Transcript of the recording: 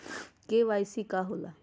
KYC का होला?